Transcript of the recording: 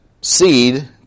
seed